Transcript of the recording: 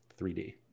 3D